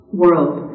world